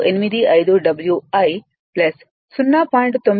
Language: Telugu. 85 W i 0